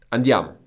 Andiamo